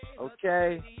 okay